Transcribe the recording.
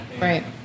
Right